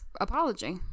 apology